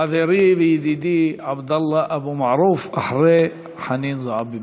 חברי וידידי עבדאללה אבו מערוף אחרי חנין זועבי,